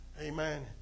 Amen